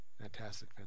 fantastic